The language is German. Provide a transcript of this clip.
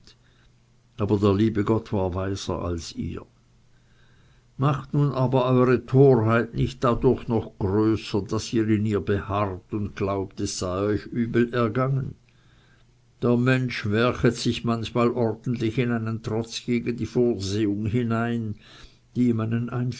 aber der liebe gott war weiser als ihr macht nun aber eure torheit nicht dadurch noch größer daß ihr in ihr beharrt und glaubt es sei euch übel ergangen der mensch werchet sich manchmal ordentlich in einen trotz gegen die vorsehung hinein die